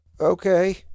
Okay